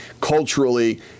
culturally